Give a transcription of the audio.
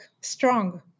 strong